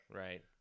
right